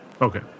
Okay